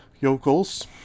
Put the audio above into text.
yokels